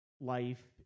life